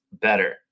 better